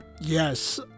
Yes